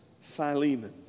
Philemon